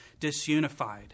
disunified